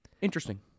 Interesting